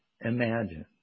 imagine